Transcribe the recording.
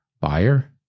Buyer